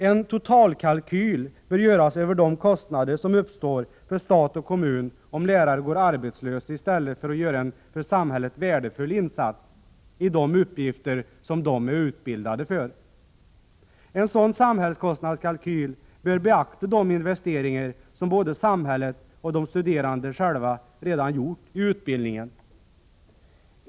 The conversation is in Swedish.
En totalkalkyl bör göras över de kostnader som uppstår för stat och kommun om lärare går arbetslösa i stället för att göra en för samhället värdefull insats genom att utföra de uppgifter som de är utbildade för. En sådan samhällskostnadskalkyl bör beakta de investeringar som både samhället och de studerande själva redan har gjort i utbildningen.